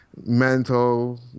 mental